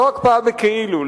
לא הקפאה בכאילו,